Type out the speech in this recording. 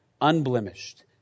unblemished